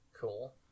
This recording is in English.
cool